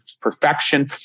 perfection